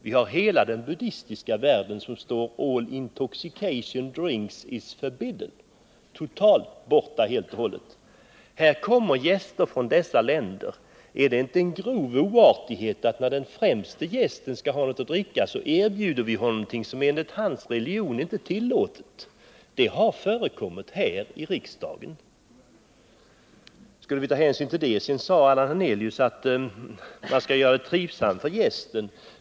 Vi har hela den buddistiska världen, där följande gäller: All intoxicating drinks are forbidden — det är alltså totalt förbjudet att dricka alkohol. Hit kommer gäster från dessa länder. Är det inte en grov oartighet att vi, när den främste gästen skall ha någonting att dricka, erbjuder honom någonting som enligt hans religion inte är tillåtet? Det har förekommit här i riksdagen. Skulle vi inte ta hänsyn till det? Sedan sade Allan Hernelius att man skall göra det trivsamt för gästen.